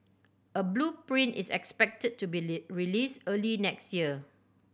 a blueprint is expected to be Lee released early next year